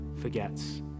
forgets